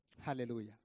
Hallelujah